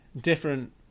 different